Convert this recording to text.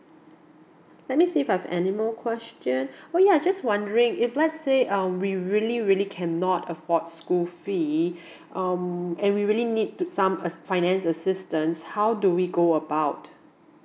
let me see if I have any more question oh yeah just wondering if let's say um we really really cannot afford school fee um and we really need some uh finance assistance how do we go about